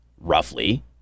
roughly